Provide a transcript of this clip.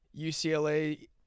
UCLA